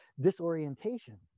disorientation